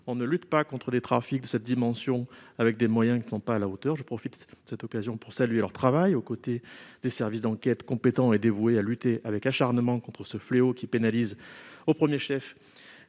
on ne lutte pas contre des trafics de cette dimension avec des moyens qui ne sont pas à la hauteur. Je profite de cette occasion pour saluer le travail accompli par ces cabinets d'instruction aux côtés des services d'enquête compétents et dévoués à lutter avec acharnement contre ce fléau, qui pénalise au premier chef